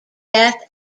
death